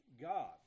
God